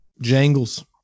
Jangles